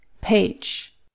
Page